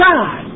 God